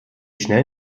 schnell